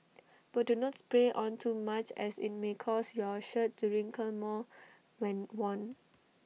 but do not spray on too much as IT may cause your shirt to wrinkle more when worn